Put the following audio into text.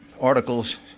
articles